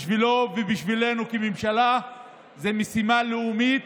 בשבילו ובשבילנו כממשלה זו משימה לאומית,